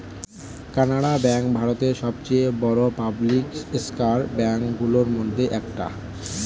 Canara bank ভারতের সবচেয়ে বড় পাবলিক সেক্টর ব্যাঙ্ক গুলোর মধ্যে একটা